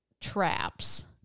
traps